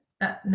no